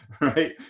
right